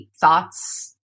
thoughts